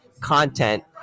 content